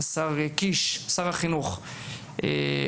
שר החינוך יואב קיש,